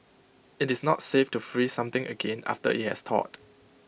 IT is not safe to freeze something again after IT has thawed